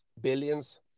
Billions